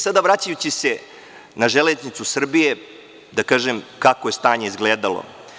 Sada, vraćajući se na Železnicu Srbije, da kažem kako je stanje izgledalo.